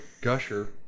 gusher